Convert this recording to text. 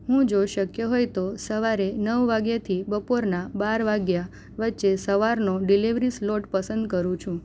હું જો શક્ય હોય તો સવારે નવ વાગ્યાથી બપોરના બાર વાગ્યા વચ્ચે સવારનો ડિલિવરી સ્લોટ પસંદ કરું છું